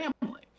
family